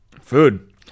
Food